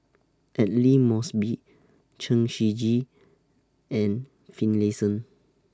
Aidli Mosbit Chen Shiji and Finlayson